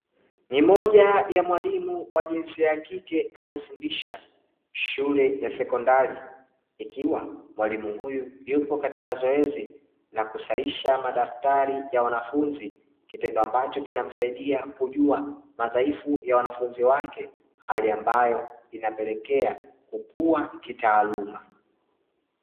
Ni moja ya mwalimu wa jinsia ya kike anayefundisha, shule ya sekondari ikiwa mwalimu huyu yupo katika zoezi na kusahisha madaftari ya wanafunzi, kitendo ambacho kinamsaidia kujua madhaifu ya wanafunzi wake, hali ambayo inapelekea kukuwa kitaaluma.